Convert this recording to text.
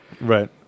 Right